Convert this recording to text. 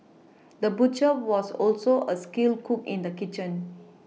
the butcher was also a skilled cook in the kitchen